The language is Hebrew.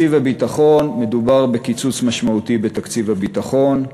מדובר בקיצוץ משמעותי בתקציב הביטחון.